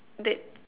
that